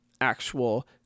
actual